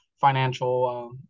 financial